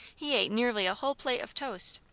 he ate nearly a whole plate of toast.